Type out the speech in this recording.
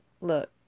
look